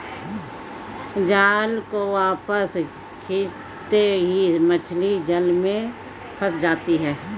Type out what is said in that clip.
जाल को वापस खींचते ही मछली जाल में फंस जाती है